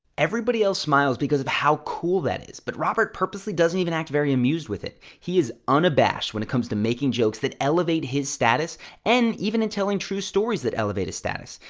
everybody else smiles because of how cool that is, but robert purposely doesn't even act very amused with it. he is unabashed when it comes to making jokes that elevate his status and even in telling true stories that elevate his status.